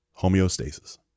Homeostasis